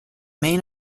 main